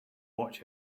watch